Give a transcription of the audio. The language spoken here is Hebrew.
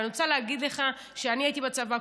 ואני רוצה להגיד לך שכשאני הייתי בצבא,